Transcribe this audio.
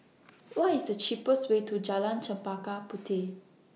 What IS The cheapest Way to Jalan Chempaka Puteh